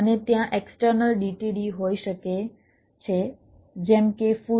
અને ત્યાં external DTD હોઈ શકે છે જેમ કે food